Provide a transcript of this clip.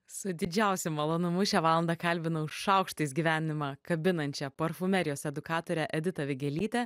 su didžiausiu malonumu šią valandą kalbinau šaukštais gyvenimą kabinančia parfumerijos edukatore editą vigelytę